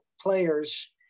players